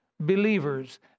Believers